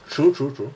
true true true